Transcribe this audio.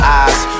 eyes